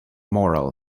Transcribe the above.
morrell